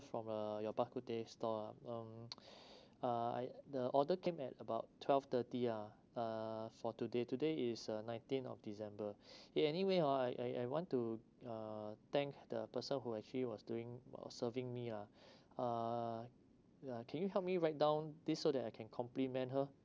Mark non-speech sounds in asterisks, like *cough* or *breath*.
from uh your bak kut teh store lah um *noise* *breath* uh I the order came at about twelve thirty lah uh for today today is uh nineteenth of december *breath* eh anyway hor I I I want to uh thank the person who actually was doing uh serving me lah *breath* uh uh can you help me write down this so that I can compliment her